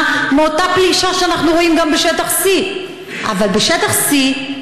מאותה פלישה שאנחנו רואים גם בשטח C. אבל בשטח C,